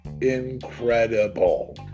Incredible